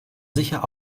sicher